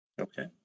Okay